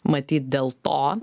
matyt dėl to